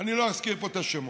אני לא אזכיר פה את השמות,